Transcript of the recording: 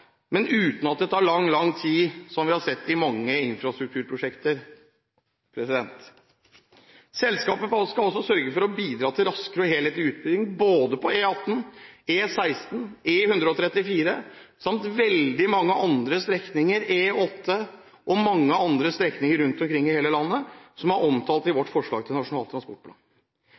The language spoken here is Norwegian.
men uten at det tar lang, lang tid – som vi har sett i mange infrastrukturprosjekter. Selskapet skal også sørge for å bidra til raskere og helhetlig utbygging både på E18, E16, E134, E8 og veldig mange andre strekninger rundt omkring i hele landet, som er omtalt i vårt forslag til Nasjonal transportplan.